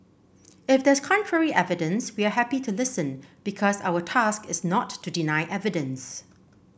if there's contrary evidence we are happy to listen because our task is not to deny evidence